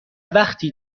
وقتی